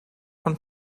von